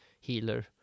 healer